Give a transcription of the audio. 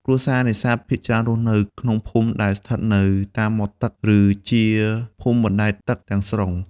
គ្រួសារនេសាទភាគច្រើនរស់នៅក្នុងភូមិដែលស្ថិតនៅតាមមាត់ទឹក ឬជា ភូមិបណ្តែតទឹក ទាំងស្រុង។